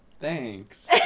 thanks